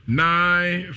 nine